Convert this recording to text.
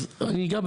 אני אגע,